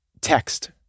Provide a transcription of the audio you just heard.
text